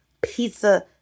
pizza